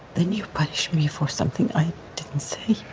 then you punish me for something i didn't say.